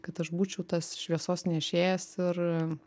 kad aš būčiau tas šviesos nešėjas ir